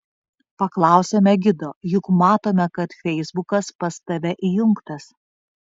paklausėme gido juk matome kad feisbukas pas tave įjungtas